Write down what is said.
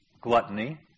gluttony